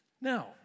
Now